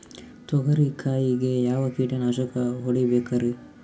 ತೊಗರಿ ಕಾಯಿಗೆ ಯಾವ ಕೀಟನಾಶಕ ಹೊಡಿಬೇಕರಿ?